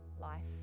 life